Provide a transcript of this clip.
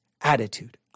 attitude